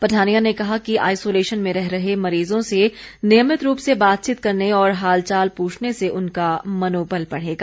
पठानिया ने कहा कि आइसोलेशन में रह रहे मरीजों से नियमित रूप से बातचीत करने और हाल चाल पूछने से उनका मनोबल बढ़ेगा